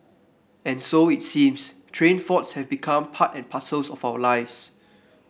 and so it seems train faults have become part and parcels of our lives